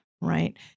right